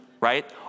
Right